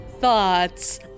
Thoughts